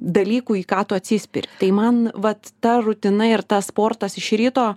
dalykų į ką tu atsispiri tai man vat ta rutina ir tas sportas iš ryto